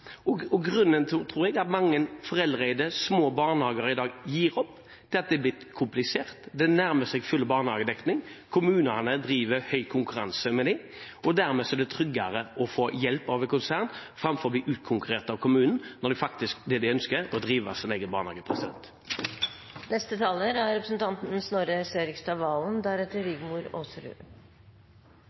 grunnen til at mange foreldreeide små barnehager i dag gir opp, er at det har blitt komplisert, det nærmer seg full barnehagedekning og kommunene driver i sterk konkurranse med dem. Dermed er det tryggere å få hjelp av et konsern framfor å bli utkonkurrert av kommunen, når det de faktisk ønsker, er å drive sin egen barnehage.